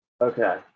okay